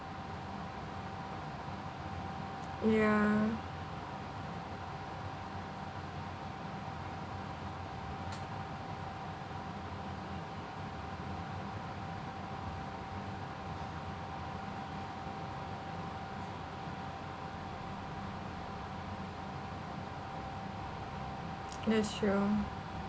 yeah that's true